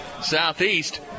Southeast